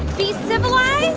be civilized.